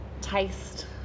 taste